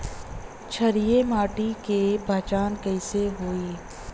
क्षारीय माटी के पहचान कैसे होई?